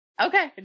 Okay